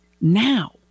now